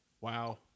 Wow